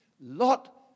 Lot